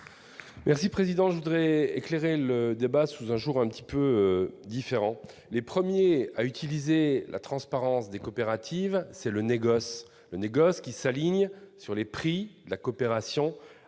de vote. Je voudrais éclairer le débat sous un jour un petit peu différent. Le premier à utiliser la transparence des coopératives, c'est le négoce, qui s'aligne sur les prix de la coopération